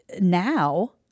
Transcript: now